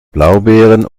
blaubeeren